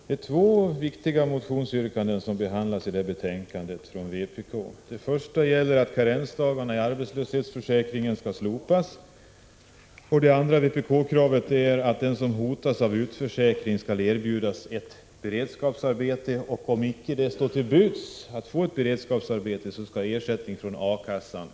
Fru talman! I detta betänkande behandlas två viktiga motionsyrkanden från vpk. Det första är att karensdagarna i arbetslöshetsförsäkringen skall slopas. Det andra är att de som hotas av utförsäkring skall erbjudas ett beredskapsarbete och att, om sådant inte står till buds, ersättning från A-kassan skall utbetalas.